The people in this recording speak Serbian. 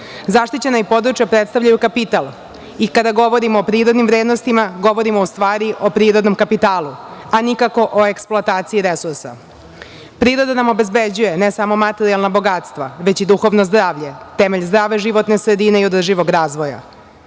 prirode.Zaštićena područja predstavljaju kapital i kada govorimo o prirodnim vrednostima, govorimo u stvari o prirodnom kapitalu, a nikako o eksploataciji resursa. Priroda nam obezbeđuje, ne samo materijalna bogatstva, već i duhovno zdravlje, temelj zdrave životne sredine i održivog razvoja